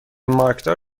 مارکدار